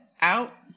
out